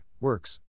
works